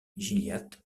gilliatt